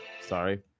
sorry